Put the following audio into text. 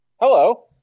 Hello